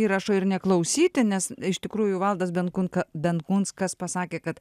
įrašo ir neklausyti nes iš tikrųjų valdas benkunka benkunskas pasakė kad